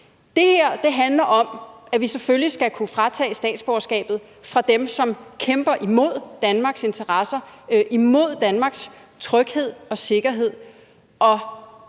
det her handler om, at vi selvfølgelig skal kunne fratage statsborgerskabet fra dem, som kæmper imod Danmarks interesser, imod Danmarks tryghed og sikkerhed,